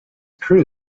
true